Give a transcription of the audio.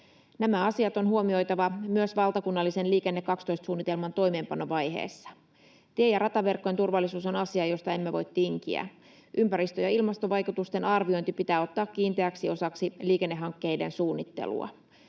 Nämä asiat on huomioitava myös valtakunnallisen Liikenne 12 ‑suunnitelman toimeenpanovaiheessa. Tie- ja rataverkkojen turvallisuus on asia, josta emme voi tinkiä. Ympäristö- ja ilmastovaikutusten arviointi pitää ottaa kiinteäksi osaksi liikennehankkeiden suunnittelua.